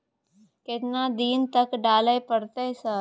केतना दिन तक डालय परतै सर?